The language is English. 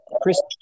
Chris